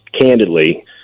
candidly